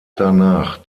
danach